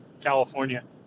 California